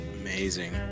amazing